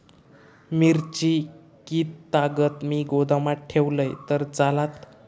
मिरची कीततागत मी गोदामात ठेवलंय तर चालात?